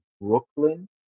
Brooklyn